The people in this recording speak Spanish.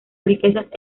riquezas